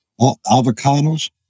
Avocados